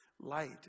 Light